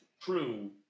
true